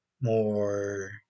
more